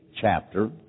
Chapter